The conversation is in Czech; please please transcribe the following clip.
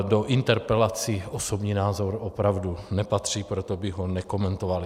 Do interpelací osobní názor opravdu nepatří, proto bych ho nekomentoval.